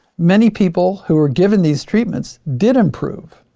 many people who were given these treatments did improve.